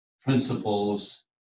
principles